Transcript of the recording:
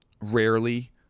rarely